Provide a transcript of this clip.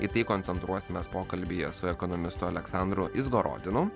į tai koncentruosimės pokalbyje su ekonomisto aleksandru izgorodinu